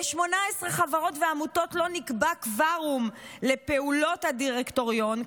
ל-18 חברות ועמותות לא נקבע קוורום לפעולות הדירקטוריון.